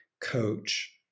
coach